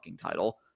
title